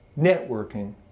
networking